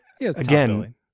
again